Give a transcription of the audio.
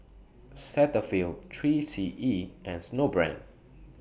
Cetaphil three C E and Snowbrand